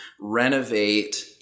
renovate